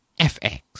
FX